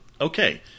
Okay